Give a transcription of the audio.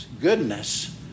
goodness